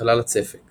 חלל הצפק